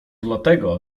dlatego